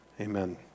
Amen